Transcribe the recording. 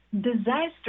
disaster